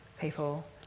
people